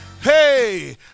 hey